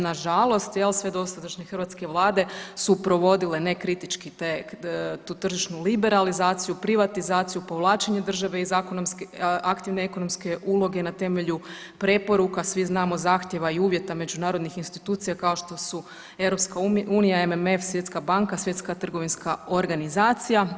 Nažalost, jel sve dosadašnje hrvatske vlade su provodile nekritičke te, tu tržišnu liberalizaciju, privatizaciju, povlačenje države iz aktivne ekonomske uloge na temelju preporuka svi znamo zahtjeva i uvjeta međunarodnih institucija kao što su EU, MMF, Svjetska banka, Svjetska trgovinska organizacija.